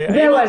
זהו.